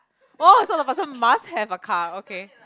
!wah! so the person must have a car okay